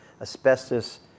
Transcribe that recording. asbestos